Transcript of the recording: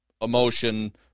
emotion